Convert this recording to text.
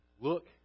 look